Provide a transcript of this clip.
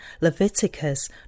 Leviticus